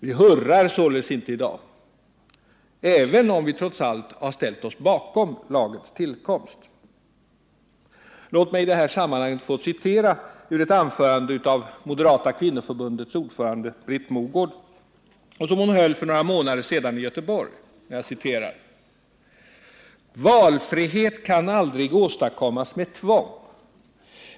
Vi hurrar således inte i dag, även om vi trots allt har ställt oss bakom lagens tillkomst. Låt mig i det här sammanhanget få citera ur ett anförande som Moderata kvinnoförbundets ordförande, Britt Mogård, höll för några månader sedan i Göteborg: ”Valfrihet kan aldrig åstadkommas med tvång.